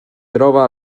troba